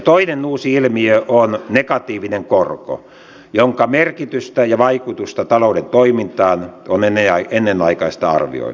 toinen uusi ilmiö on negatiivinen korko jonka merkitystä ja vaikutusta talouden toimintaan on ennenaikaista arvioida